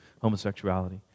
homosexuality